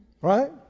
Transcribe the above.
right